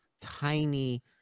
tiny